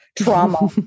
trauma